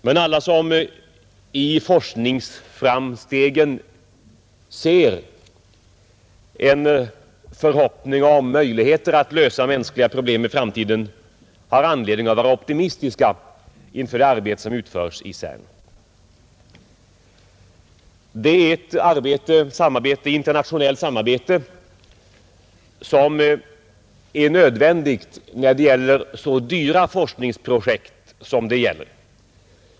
Men alla som i forskning i sig ser en förhoppning om möjligheter att lösa mänskliga problem i framtiden har anledning att vara optimistiska inför det arbete som utförs i CERN. Det är ett internationellt samarbete som är nödvändigt när det gäller så dyra forskningsprojekt som det här är fråga om.